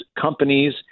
companies